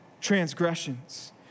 transgressions